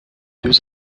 deux